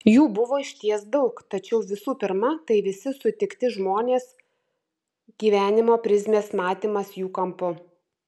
jų buvo išties daug tačiau visų pirma tai visi sutikti žmonės gyvenimo prizmės matymas jų kampu